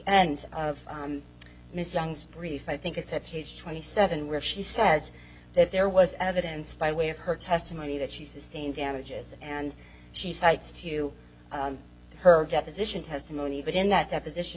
dunn's brief i think it's at page twenty seven where she says that there was evidence by way of her testimony that she sustained damages and she cites to her deposition testimony but in that deposition